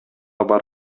бар